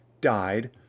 died